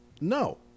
No